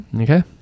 okay